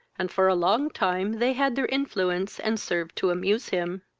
and for a long time they had their influence, and served to amuse him.